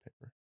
paper